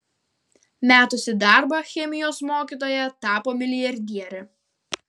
metusi darbą chemijos mokytoja tapo milijardiere